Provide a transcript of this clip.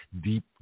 deep